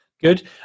Good